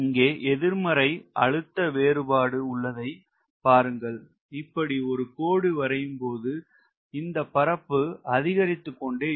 இங்கே எதிர்மறை அழுத்த வேறுபாடு உள்ளதை பாருங்கள் இப்படி ஒரு கொடு வரையும்போது இந்த பரப்பு அதிகரித்துக்கொண்டே இருக்கும்